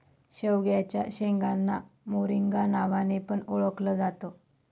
शेवग्याच्या शेंगांना मोरिंगा नावाने पण ओळखल जात